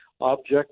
object